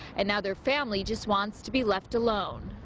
and now their family just wants to be left alone.